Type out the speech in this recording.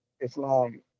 Islam